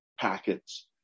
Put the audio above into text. packets